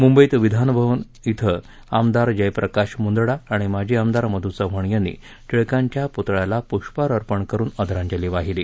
मृंबईत विधानभवन श्वें आमदार जयप्रकाश मुंदडा आणि माजी आमदार मध् चव्हाण यांनी टिळकांच्या पुतळ्याला पुष्पहार अर्पण करून आदरांजली वाहिली